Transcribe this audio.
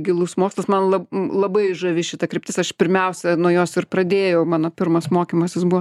gilus mokslas man lab m labai žavi šita kryptis aš pirmiausia nuo jos ir pradėjau mano pirmas mokymasis buvo